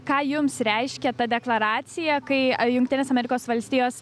ką jums reiškia ta deklaracija kai a jungtinės amerikos valstijos